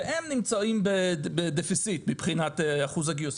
והן נמצאות בדפיציט מבחינת אחוז הגיוסים.